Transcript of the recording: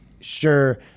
sure